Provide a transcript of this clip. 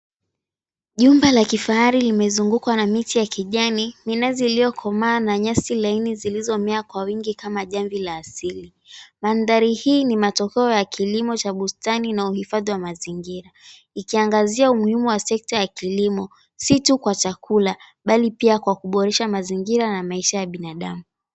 Jumba la kifahari limezungukwa na miti ya kijani, minazi iliyokomaa na nyasi laini zilizomea kwa wingi kama jamvi la asili. Maanthari hii ni matokeo ya kilimo cha bustani na uhifadhi wa mazingira. Ikiangazia umuhimu wa sekta ya kilimo si tu kwa chakula bali kwa kuboresha mazingira na maisha ya binadamu.